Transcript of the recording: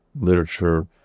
literature